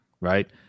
right